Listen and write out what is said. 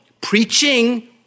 preaching